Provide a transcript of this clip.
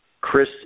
Chris